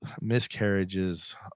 miscarriages